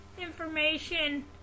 information